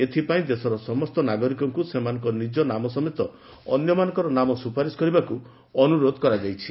ଏଥିପାଇଁ ଦେଶର ସମସ୍ତ ନାଗରିକଙ୍କୁ ସେମାନଙ୍କ ନିଜ ନାମ ସମେତ ଅନ୍ୟମାନଙ୍କର ନାମ ସୁପାରିଶ କରିବାକୁ ଅନୁରୋଧ କରାଯାଇଛି